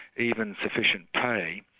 even sufficient pay.